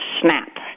snap